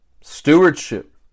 stewardship